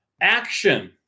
action